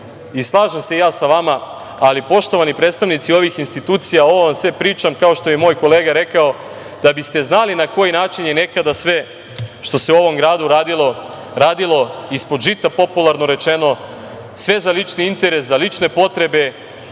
i slažem se sa vama, ali poštovani predstavnici ovih institucija, ovo vam sve pričam kao što je i moj kolega rekao, da biste znali na koji način je nekada sve što se u ovom gradu radilo ispod žita popularno rečeno, sve za lični interes, za lične potrebe